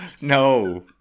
no